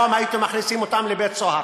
ללא הפסקה.